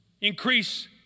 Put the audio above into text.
increase